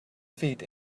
feet